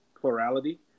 plurality